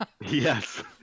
Yes